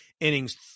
innings